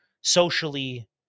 socially